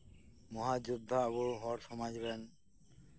ᱢᱚᱦᱟ ᱡᱳᱫᱽᱫᱷᱟ ᱟᱵᱚ ᱦᱚᱲ ᱥᱚᱢᱟᱡ ᱨᱮᱱ